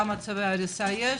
כמה צווי הריסה יש?